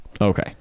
okay